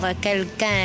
quelqu'un